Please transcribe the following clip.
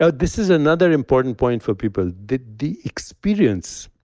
so this is another important point for people. the the experience